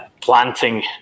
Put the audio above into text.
planting